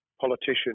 politician